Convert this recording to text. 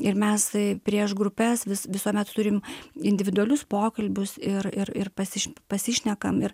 ir mes prieš grupes vis visuomet turim individualius pokalbius ir ir ir pas pasišnekam ir